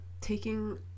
taking